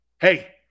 Hey